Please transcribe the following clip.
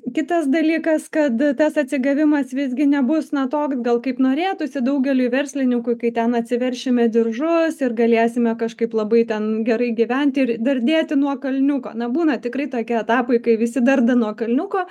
kitas dalykas kad tas atsigavimas visgi nebus na toks gal kaip norėtųsi daugeliui verslininkų kai ten atsiveršime diržus ir galėsime kažkaip labai ten gerai gyventi ir dardėti nuo kalniuko na būna tikrai tokie etapai kai visi darda nuo kalniuko